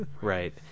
Right